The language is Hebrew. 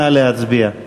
נא להצביע.